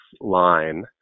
line